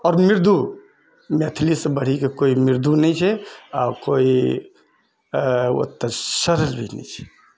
आओर मृदु मैथिलीसँ बढ़ि कऽ कोइ मृदु नहि छै आ कोइ आ ओतऽ सरल भी नहि छै